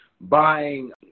buying